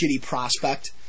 prospect